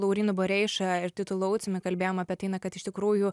laurynu bareiša ir titu lauciumi kalbėjom apie tai na kad iš tikrųjų